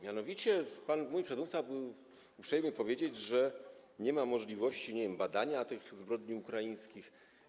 Mianowicie mój przedmówca był uprzejmy powiedzieć, że nie ma możliwości badania tych zbrodni ukraińskich.